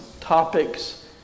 topics